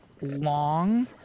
long